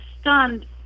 stunned